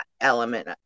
element